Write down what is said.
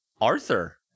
Arthur